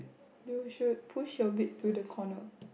you should push your bed to the corner